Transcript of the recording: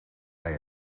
hij